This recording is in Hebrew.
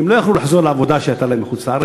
כי הם לא היו יכולים לחזור לעבודה שהייתה להם בחוץ-לארץ,